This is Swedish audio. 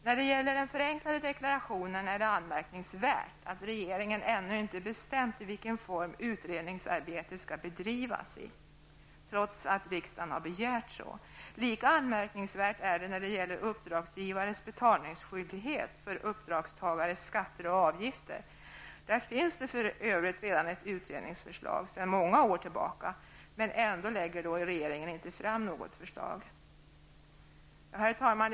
När det gäller den förenklade deklarationen är det anmärkningsvärt att regeringen ännu inte bestämt i vilken form utredningsarbetet skall bedrivas, trots att riksdagen begärt det. Lika anmärkningsvärt är det att regeringen inte lägger fram något förslag angående uppdragsgivares betalningsskyldighet för uppdragstagares skatter och avgifter, fastän det sedan många år tillbaka finns ett utredningsförslag. Herr talman!